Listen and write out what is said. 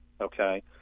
Okay